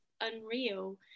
unreal